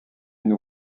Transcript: une